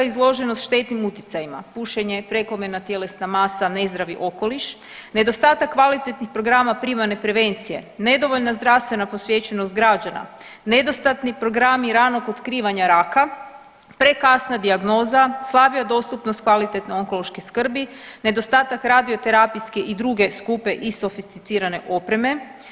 Velika izloženost štetnim utjecajima, pušenje, prekomjerna tjelesna masa, nezdravi okoliš, nedostatak kvalitetnih programa primarne prevencije, nedovoljna zdravstvena prosvijećenost građana, nedostatni programi ranog otkrivanja raka, prekasna dijagnoza, slabija dostupnost kvalitetne onkološke skrbi, nedostatak radioterapijske i druge skupe i sofisticirane opreme.